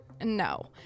No